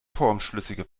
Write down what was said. formschlüssige